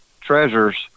treasures